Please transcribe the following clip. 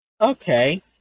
Okay